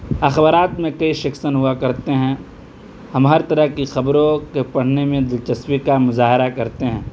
اخبارات میں کئی شیکسن ہوا کرتے ہیں ہم ہر طرح کی خبروں کے پڑھنے میں دلچسپی کا مظاہرہ کرتے ہیں